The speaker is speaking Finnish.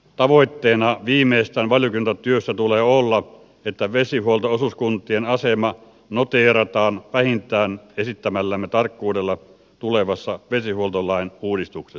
tavoitteena viimeistään valiokuntatyössä tulee olla että vesihuolto osuuskuntien asema noteerataan vähintään esittämällämme tarkkuudella tulevassa vesihuoltolain uudistuksessa